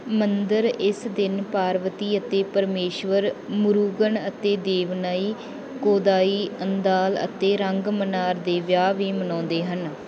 ਮੰਦਰ ਇਸ ਦਿਨ ਪਾਰਵਤੀ ਅਤੇ ਪਰਮੇਸ਼ਵਰ ਮੁਰੂਗਨ ਅਤੇ ਦੇਵਨਈ ਕੋਦਾਈ ਅੰਦਾਲ ਅਤੇ ਰੰਗਮੰਨਾਰ ਦੇ ਵਿਆਹ ਵੀ ਮਨਾਉਂਦੇ ਹਨ